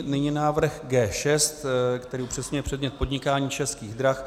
Nyní návrh G6, který upřesňuje předmět podnikání Českých drah.